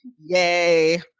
yay